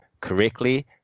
correctly